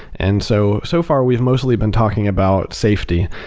and so so far we've mostly been talking about safety,